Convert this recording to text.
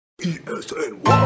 E-S-N-Y